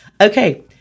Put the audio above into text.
Okay